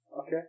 Okay